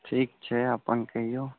ठीक छै अपन कहियौ